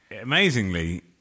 amazingly